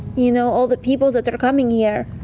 you know, all the people that that are coming here.